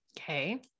Okay